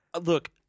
look